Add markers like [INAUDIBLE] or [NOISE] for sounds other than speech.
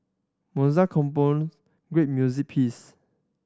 Mozart [UNINTELLIGIBLE] great music piece